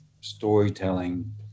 storytelling